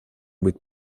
быть